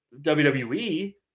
WWE